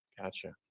Gotcha